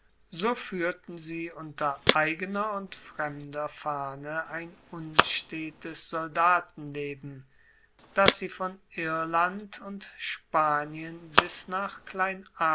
so fuehrten sie unter eigener oder fremder fahne ein unstetes soldatenleben das sie von irland und spanien bis nach